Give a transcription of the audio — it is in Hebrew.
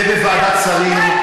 ובוועדת שרים,